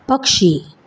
पक्षी